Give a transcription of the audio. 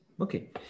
Okay